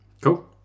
Cool